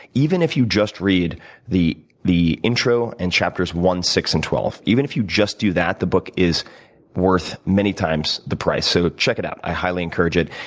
even if you just read the the intro and chapters one, six, and twelve even if you just do that, the book is worth many times the price. so check it out. i highly encourage it.